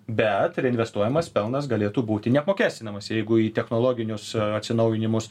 bet reinvestuojamas pelnas galėtų būti neapmokestinamas jeigu į technologinius atsinaujinimus